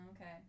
Okay